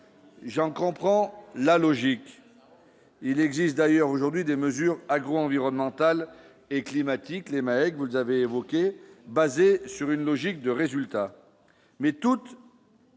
j'en comprends la logique, il existe d'ailleurs aujourd'hui des mesures agro-environnementales et climatiques, les mecs, vous l'avez évoqué basée sur une logique de résultat